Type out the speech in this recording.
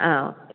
ആ ഓക്കേ